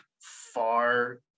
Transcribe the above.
far